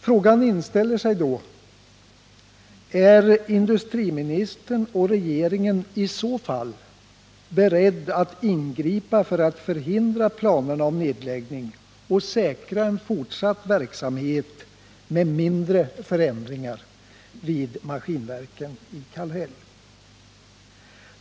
Frågan inställer sig då: Är industriministern och regeringen i så fall beredda att ingripa för att förhindra ett verkställande av planerna på nedläggning och för att säkra en fortsatt verksamhet med mindre förändringar vid AB Svenska Maskinverken i Kallhäll?